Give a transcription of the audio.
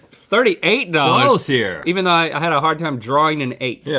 thirty eight dollars. close here. even though i had a hard time drawing an eight. yeah,